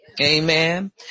Amen